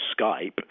Skype